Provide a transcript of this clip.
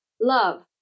love